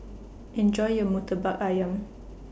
Enjoy your Murtabak Ayam